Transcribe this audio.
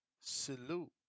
Salute